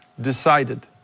DECIDED